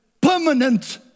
permanent